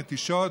מתישות,